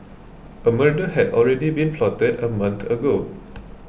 a murder had already been plotted a month ago